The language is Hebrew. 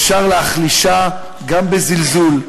אפשר להחלישה גם בזלזול,